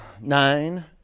nine